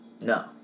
No